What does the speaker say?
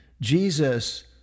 Jesus